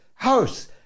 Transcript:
House